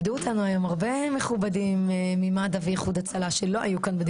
דברים שאולי לא מוסכמים ואולי לא סגורים.